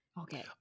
Okay